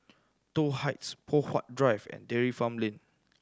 Toh Heights Poh Huat Drive and Dairy Farm Lane